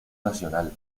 nacional